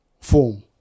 form